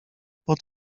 pod